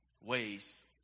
ways